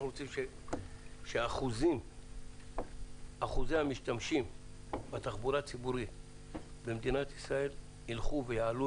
אנחנו רוצים שאחוזי המשתמשים בתחבורה הציבורית ילכו ויעלו,